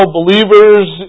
believers